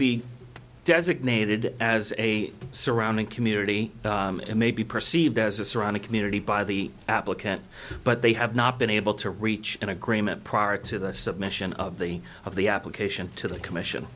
be designated as a surrounding community may be perceived as a surrounding community by the applicant but they have not been able to reach an agreement prior to the submission of the of the application to the commission